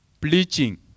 bleaching